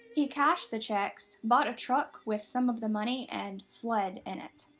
he cashed the checks, bought a truck with some of the money and fled in it.